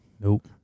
Nope